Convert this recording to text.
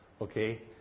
Okay